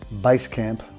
Basecamp